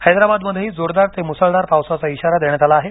हैदराबादमध्येही जोरदार ते मुसळधार पावसाचा इशारा देण्यात आला आहे